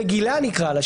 רגילה נקרא לה,